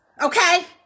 okay